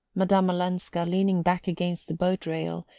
madame olenska, leaning back against the boat-rail,